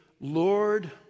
Lord